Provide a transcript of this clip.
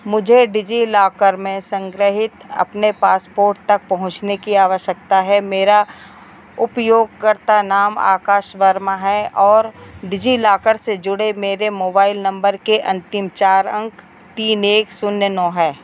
मुझे डिजिलॉकर में संग्रहीत अपने पासपोर्ट तक पहुँचने की आवश्यकता है मेरा उपयोगकर्ता नाम आकाश वर्मा है और डिजिलॉकर से जुड़े मेरे मोबाइल नंबर के अंतिम चार अंक तीन एक शून्य नौ है